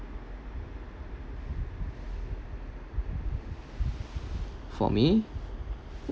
for me